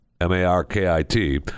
m-a-r-k-i-t